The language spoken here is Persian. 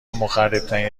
مخربترین